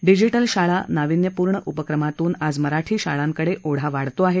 digital शाळा नावीन्यपूर्ण उपक्रमातून आज मराठी शाळांकडे ओढा वाढतो आहे